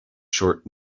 short